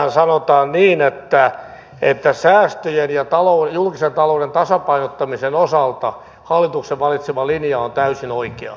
siellähän sanotaan niin että säästöjen ja julkisen talouden tasapainottamisen osalta hallituksen valitsema linja on täysin oikea